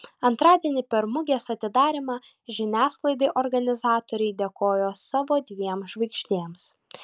antradienį per mugės atidarymą žiniasklaidai organizatoriai dėkojo savo dviem žvaigždėms